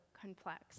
complex